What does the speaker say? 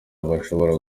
bashobora